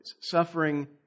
suffering